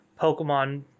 Pokemon